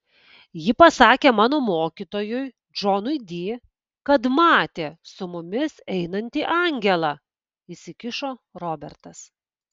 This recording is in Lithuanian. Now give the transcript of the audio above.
ji pasakė mano mokytojui džonui di kad matė su mumis einantį angelą įsikišo robertas